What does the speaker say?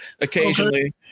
occasionally